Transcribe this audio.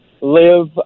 live